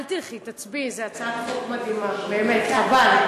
אל תלכי, תצביעי, זו הצעת חוק מדהימה, באמת חבל.